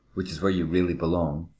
which is where you really belong,